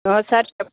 sir చెప్పండి